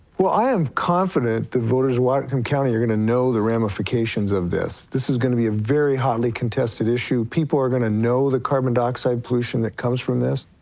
well, i am confident the voters of whatcom county are gonna know the ramifications of this. this is gonna be a very hotly contested issue. people are gonna know the carbon-dioxide pollution that comes from this.